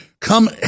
come